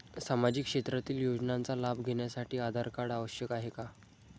सामाजिक क्षेत्रातील योजनांचा लाभ घेण्यासाठी आधार कार्ड आवश्यक आहे का?